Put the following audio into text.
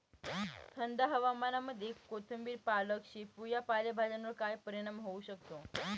थंड हवामानामध्ये कोथिंबिर, पालक, शेपू या पालेभाज्यांवर काय परिणाम होऊ शकतो?